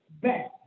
back